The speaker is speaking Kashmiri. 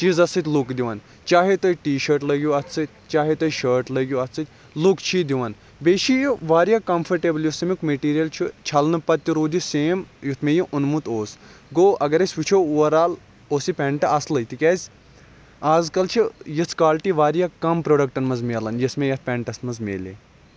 چیٖزَس سۭتۍ لُک دِوان چاہے تُہۍ ٹی شٲٹ لٲگِو اتھ سۭتۍ چاہے تُہۍ شٲٹ لٲگِو اتھ سۭتۍ لُک چھُ یہِ دِوان بیٚیہِ چھِ یہِ واریاہ کَمفٲٹیبٕل یُس امیُک میٚٹیٖریل چھُ چھَلنہٕ پَتہٕ تہِ روٗد یہِ سیم یُتھ مےٚ یہِ اوٚنمُت اوس گوٚو اگر أسۍ وُچھو اوٗوَر آل اوس یہِ پیٚنٹ اصلٕے تِکیٛازِ اَزکَل چھِ یِژھ کالٹی واریاہ کَم پرٛوڈَکٹَن مَنٛز میلان یِژھ مےٚ یتھ پیٚنٹَس مَنٛز میلے